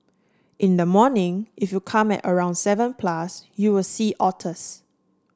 in the morning if you come at around seven plus you'll see otters